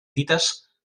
tites